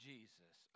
Jesus